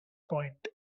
point